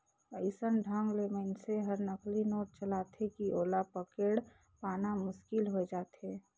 अइसन ढंग ले मइनसे हर नकली नोट चलाथे कि ओला पकेड़ पाना मुसकिल होए जाथे